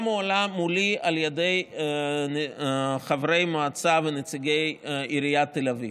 הועלה מולי על ידי חברי מועצה ונציגי עיריית תל אביב.